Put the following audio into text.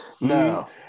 No